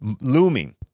looming